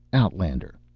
outlander!